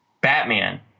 Batman